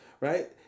Right